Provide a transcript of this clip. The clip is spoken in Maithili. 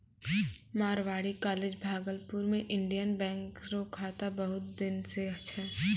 मारवाड़ी कॉलेज भागलपुर मे इंडियन बैंक रो शाखा बहुत दिन से छै